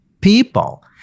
people